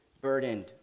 burdened